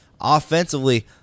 Offensively